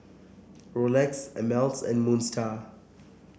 Rolex Ameltz and Moon Star